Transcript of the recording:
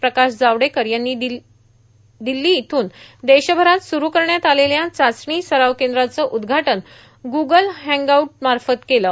प्रकाश जावडेकर यांनी दिल्ली इथून देशभरात सुरू करण्यात आलेल्या चाचणी सराव केंद्राचं उद्घाटन ग्रगल हँगआऊट मार्फत केलं